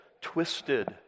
twisted